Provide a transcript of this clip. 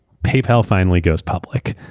paypal finally goes public.